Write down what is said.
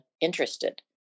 interested